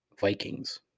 Vikings